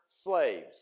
slaves